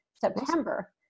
September